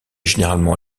généralement